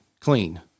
clean